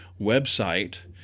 website